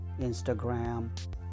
instagram